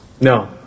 No